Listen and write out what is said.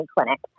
clinic